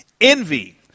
envy